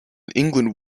england